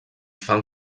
fan